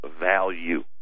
value